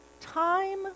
time